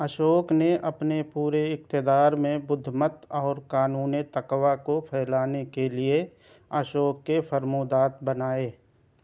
اشوک نے اپنے پورے اقتدار میں بدھ مت اور قانون تقویٰ کو پھیلانے کے لیے اشوک کے فرمودات بنائے